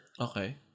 Okay